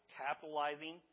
capitalizing